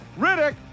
Riddick